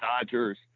Dodgers